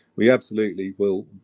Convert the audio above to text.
we absolutely will,